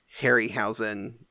Harryhausen